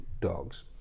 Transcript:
dogs